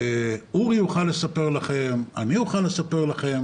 אורי יוכל לספר לכם, אני אוכל לספר לכם